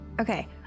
Okay